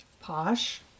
Posh